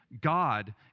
God